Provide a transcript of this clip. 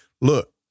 Look